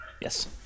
yes